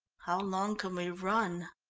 how long can we run?